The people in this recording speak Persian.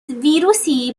ویروسی